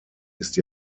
ist